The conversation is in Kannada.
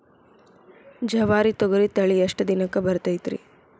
ಜವಾರಿ ತೊಗರಿ ತಳಿ ಎಷ್ಟ ದಿನಕ್ಕ ಬರತೈತ್ರಿ?